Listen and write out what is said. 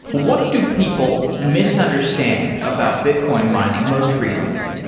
what do people misunderstand about bitcoin mining most frequently?